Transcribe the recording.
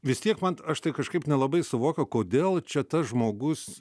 vis tiek man aš tai kažkaip nelabai suvokiu kodėl čia tas žmogus